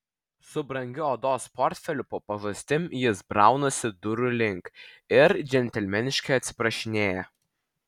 su brangiu odos portfeliu po pažastim jis braunasi durų link ir džentelmeniškai atsiprašinėja